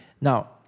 Now